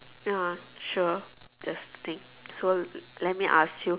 ya sure yes that's the thing so let me ask you